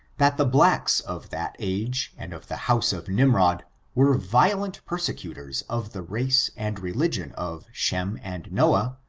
that the blacks of that age and of the house of nimrod were violent persecutors of the race and re ligion of shem and noah,